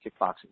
kickboxing